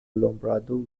لومبرادو